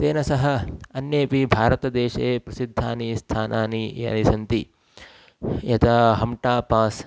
तेन सह अन्येऽपि भारतदेशे प्रसिद्धानि स्थानानि यानि सन्ति यदा हम्टापास्